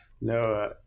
no